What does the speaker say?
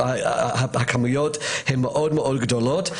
הכמות היא מאוד מאוד גדולה.